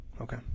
Okay